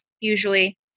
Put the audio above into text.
usually